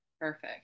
Perfect